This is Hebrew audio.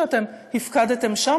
שאתם הפקדתם שם,